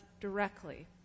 directly